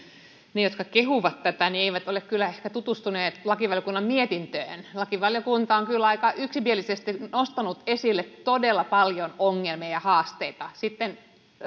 ne jotka kehuvat tätä eivät ole kyllä ehkä tutustuneet lakivaliokunnan mietintöön lakivaliokunta on kyllä aika yksimielisesti nostanut esille todella paljon ongelmia ja haasteita sitten